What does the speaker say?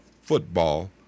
football